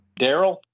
Daryl